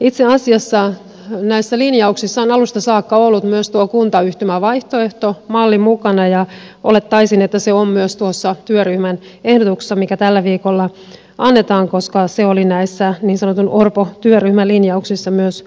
itse asiassa näissä linjauksissa on alusta saakka ollut myös tuo kuntayhtymämalli mukana ja olettaisin että se on myös tuossa työryhmän ehdotuksessa mikä tällä viikolla annetaan koska se oli näissä niin sanotun orpo työryhmän linjauksissa myös vaihtoehtona